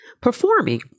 performing